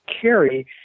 carry